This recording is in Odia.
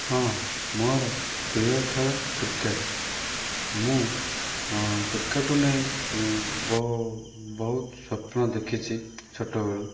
ହଁ ମୋର ପ୍ରିୟ ଖେଳ କ୍ରିକେଟ୍ ମୁଁ କ୍ରିକେଟ୍କୁ ନେଇ ବହୁ ବହୁତ ସ୍ଵପ୍ନ ଦେଖିଛି ଛୋଟବେଳୁ